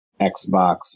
Xbox